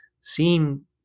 seem